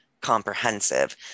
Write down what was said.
comprehensive